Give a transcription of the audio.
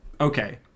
Okay